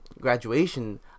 graduation